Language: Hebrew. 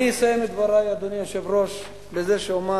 אני אסיים את דברי, אדוני היושב-ראש, בזה שאומר